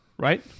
Right